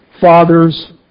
father's